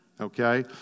Okay